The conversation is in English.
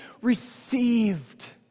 received